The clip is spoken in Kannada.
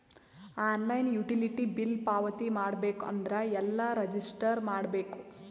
ಆನ್ಲೈನ್ ಯುಟಿಲಿಟಿ ಬಿಲ್ ಪಾವತಿ ಮಾಡಬೇಕು ಅಂದ್ರ ಎಲ್ಲ ರಜಿಸ್ಟರ್ ಮಾಡ್ಬೇಕು?